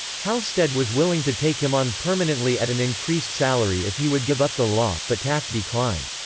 halstead was willing to take him on permanently at an increased salary if he would give up the law, but taft declined.